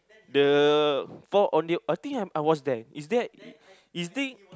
the four ondeh I think I am I was there is that is think